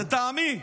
לטעמי,